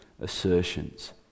assertions